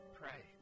pray